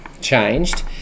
changed